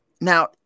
Now